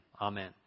Amen